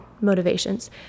motivations